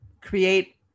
create